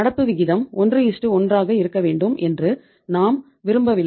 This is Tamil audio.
நடப்பு விகிதம் 1 1 ஆக இருக்க வேண்டும் என்று நாம் விரும்பவில்லை